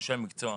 אנשי המקצוע,